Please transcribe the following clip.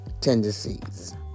tendencies